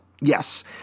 Yes